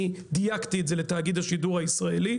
דייקתי את זה לתאגיד השידור הישראלי.